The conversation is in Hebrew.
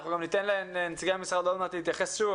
אנחנו גם ניתן לנציגי המשרד עוד מעט להתייחס שוב,